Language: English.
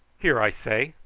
here, i say,